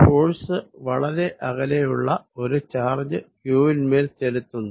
force വളരെ അകലെയുള്ള ഒരു ചാർജ് q വിന്മേൽ ചെലുത്തുന്നു